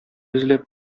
эзләп